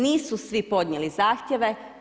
Nisu svi podnijeli zahtjeve.